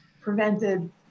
prevented